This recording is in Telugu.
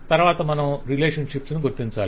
తరవాత మనం రిలేషన్షిప్స్ ని గుర్తించాలి